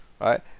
Right